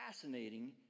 fascinating